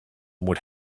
would